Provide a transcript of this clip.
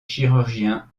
chirurgien